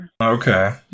Okay